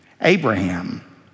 Abraham